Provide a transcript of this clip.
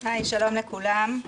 שלום לכולם.